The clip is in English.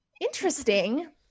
interesting